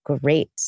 great